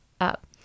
up